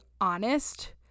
honest